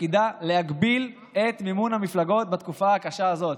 שתפקידה להגביל את מימון המפלגות בתקופה הקשה הזאת.